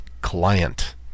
client